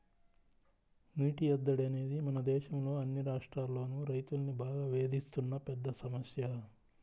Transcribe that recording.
నీటి ఎద్దడి అనేది మన దేశంలో అన్ని రాష్ట్రాల్లోనూ రైతుల్ని బాగా వేధిస్తున్న పెద్ద సమస్య